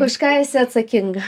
už ką esi atsakinga